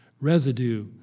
residue